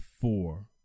four